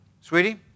Sweetie